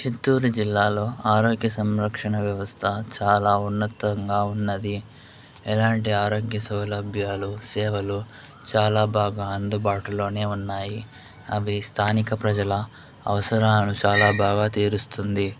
చిత్తూరు జిల్లాలో ఆరోగ్య సంరక్షణ వ్యవస్థ చాలా ఉన్నతంగా ఉన్నది ఎలాంటి ఆరోగ్య సౌలభ్యాలు సేవలు చాలా బాగా అందుబాటులోనే ఉన్నాయి అవి స్థానిక ప్రజల అవసరాలు చాలా బాగా తీరుస్తుంది